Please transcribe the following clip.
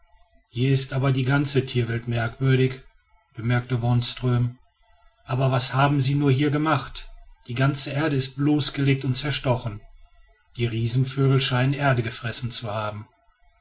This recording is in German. hier ist aber die ganze tierwelt merkwürdig bemerkte wonström aber was haben sie nur hier gemacht die ganze erde ist bloßgelegt und zerstochen die riesenvögel scheinen erde gefressen zu haben